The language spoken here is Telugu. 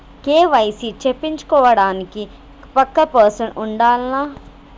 కే.వై.సీ చేపిచ్చుకోవడానికి పక్కా పర్సన్ ఉండాల్నా?